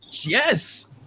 Yes